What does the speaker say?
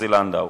עוזי לנדאו.